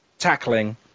tackling